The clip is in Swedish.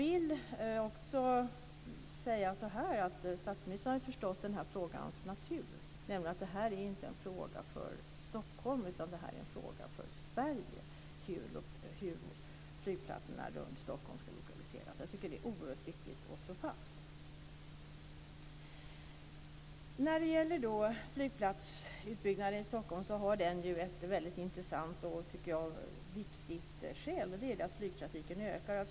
Statsministern har förstått frågans natur, nämligen att det inte är en fråga för Stockholm, utan för Sverige, hur flygplatserna runt Stockholm ska lokaliseras. Jag tycker att det är oerhört viktigt att slå fast det. Flygplatsutbyggnaden i Stockholm har ett väldigt intressant och viktigt skäl, nämligen att flygtrafiken ökar.